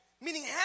meaning